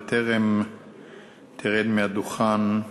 בטרם תרד מהדוכן,